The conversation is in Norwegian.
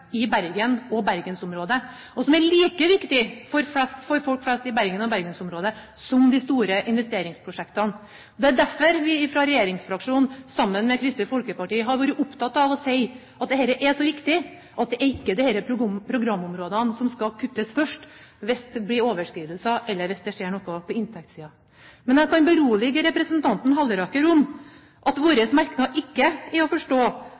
i Bergen og bergensområdet, og som er like viktig for folk flest i Bergen og bergensområdet som de store investeringsprosjektene. Det er derfor vi fra regjeringsfraksjonen, sammen med Kristelig Folkeparti, har vært opptatt av å si at dette er så viktig at det ikke er disse programområdene som skal kuttes først hvis det blir overskridelser, eller hvis det skjer noe på inntektssiden. Men jeg kan berolige representanten Halleraker med at vår merknad ikke er sånn å forstå